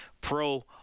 Pro